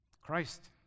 Christ